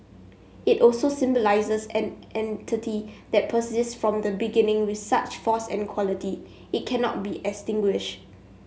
it also symbolises an entity that persists from the beginning with such force and quality it cannot be extinguished